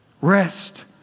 Rest